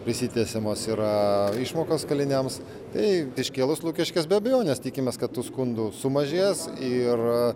prisitesiamos yra išmokos kaliniams tai iškėlus lukiškes be abejonės tikimės kad tų skundų sumažės ir